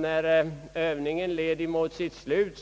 När Öövningen led mot sitt slut,